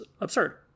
absurd